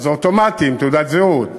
זה אוטומטי, עם תעודת זהות.